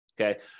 okay